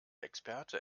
experte